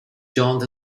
joint